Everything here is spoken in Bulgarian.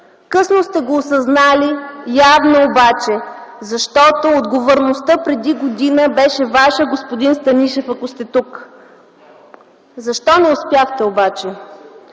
Късно сте го осъзнали обаче, защото отговорността преди година беше Ваша, господин Станишев, ако сте тук. Защо не успяхте?